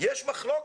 - יש מחלוקת.